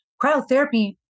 Cryotherapy